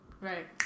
Right